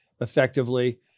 effectively